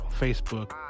Facebook